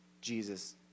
Jesus